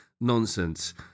nonsense